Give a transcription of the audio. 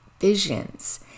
visions